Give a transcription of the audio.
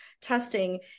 testing